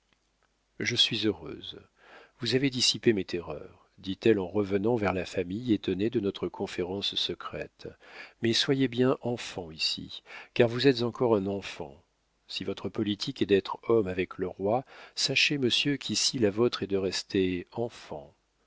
je suis heureuse vous avez dissipé mes terreurs dit-elle en revenant vers la famille étonnée de notre conférence secrète mais soyez bien enfant ici car vous êtes encore un enfant si votre politique est d'être homme avec le roi sachez monsieur qu'ici la vôtre est de rester enfant